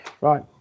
Right